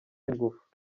ingufu